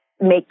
make